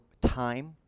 time